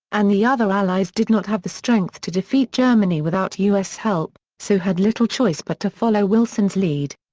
and the other allies did not have the strength to defeat germany without u s. help, so had little choice but to follow wilson's lead.